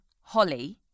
Holly